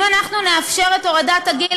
אם אנחנו נאפשר את הורדת הגיל,